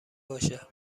باشه